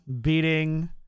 beating